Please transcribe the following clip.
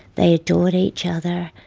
they adored each other.